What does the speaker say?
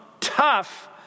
tough